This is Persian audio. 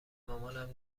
مامانم